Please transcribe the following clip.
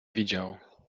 widział